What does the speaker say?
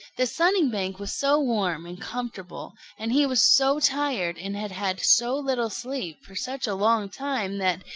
the sunning-bank was so warm and comfortable, and he was so tired and had had so little sleep for such a long time that,